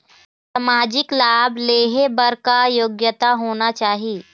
सामाजिक लाभ लेहे बर का योग्यता होना चाही?